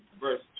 verse